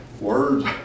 words